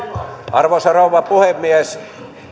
arvoisa rouva puhemies